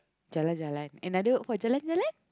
jalan-jalan another word for jalan-jalan